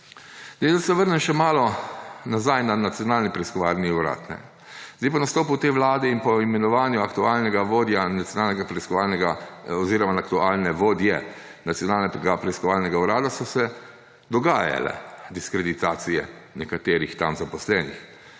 Da se vrnem še malo nazaj na Nacionalni preiskovalni urad. Po nastopu te vlade in po imenovanju aktualnega vodja Nacionalnega preiskovalnega … oziroma aktualne vodje Nacionalnega preiskovalnega urada so se dogajale diskreditacije nekaterih tam zaposlenih,